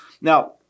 Now